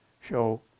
show